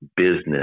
business